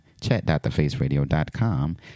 chat.thefaceradio.com